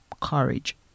courage